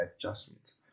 adjustments